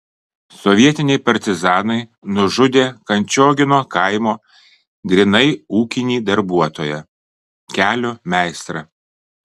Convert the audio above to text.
sovietiniai partizanai nužudė kančiogino kaimo grynai ūkinį darbuotoją kelio meistrą